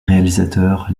réalisateurs